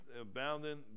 abounding